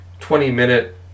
20-minute